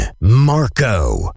Marco